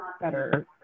better